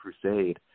Crusade